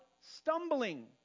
stumbling